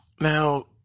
Now